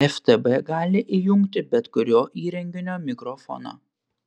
ftb gali įjungti bet kurio įrenginio mikrofoną